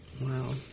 wow